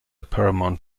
paramount